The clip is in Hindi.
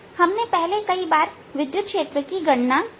हमने पहले कई बार विद्युत क्षेत्र की गणना की है